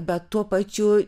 bet tuo pačiu